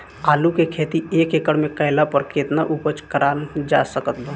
आलू के खेती एक एकड़ मे कैला पर केतना उपज कराल जा सकत बा?